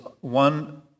one